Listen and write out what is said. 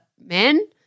men